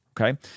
okay